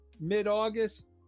mid-august